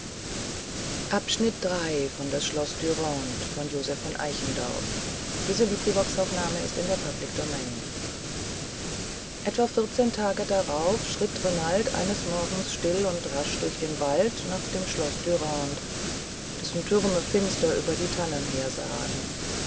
etwa vierzehn tage darauf schritt renald eines morgens still und rasch durch den wald nach dem schloß dürande dessen türme finster über die tannen hersahen er